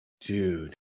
Dude